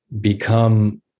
become